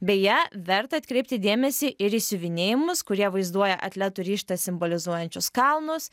beje verta atkreipti dėmesį ir į siuvinėjimus kurie vaizduoja atletų ryžtą simbolizuojančius kalnus